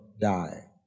die